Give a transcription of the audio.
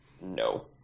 No